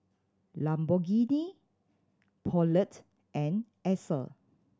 Lamborghini Poulet and Acer